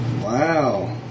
Wow